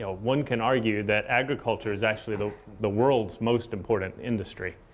ah one can argue that agriculture is actually the the world's most important industry.